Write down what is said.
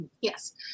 Yes